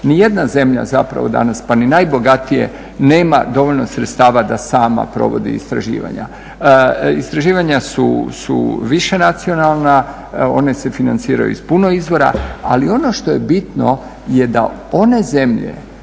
Ni jedna zemlja zapravo danas pa ni najbogatije nema dovoljno sredstava da sama provodi istraživanja. Istraživanja su više nacionalna, ona se financiraju iz puno izvora, ali ono što je bitno je da one zemlje